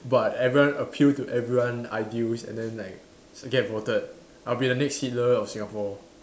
but everyone appeal to everyone ideals and then like so get voted I'll be the next Hitler of Singapore